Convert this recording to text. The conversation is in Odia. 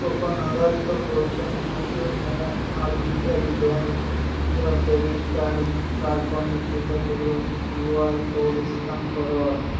ଟୋକନ୍ ଆଧାରିତ ପଇଠ ନିମନ୍ତେ ମୋ R B L bank debit card card ପଞ୍ଜୀକୃତ କରିବାକୁ କ୍ୟୁ ଆର୍ କୋଡ଼୍ ସ୍କାନ୍ କର